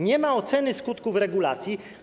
Nie ma oceny skutków regulacji.